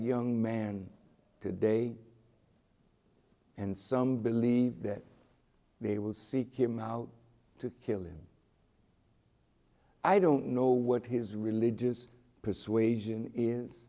young man today and some believe that they will seek him out to kill him i don't know what his religious persuasion is